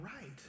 right